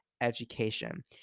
education